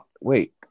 Wait